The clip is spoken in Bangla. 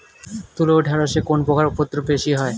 তুলো ও ঢেঁড়সে কোন পোকার উপদ্রব বেশি হয়?